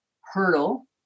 hurdle